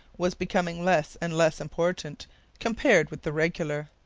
was becoming less and less important compared with the regular.